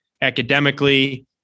academically